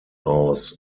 aus